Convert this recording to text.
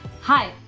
Hi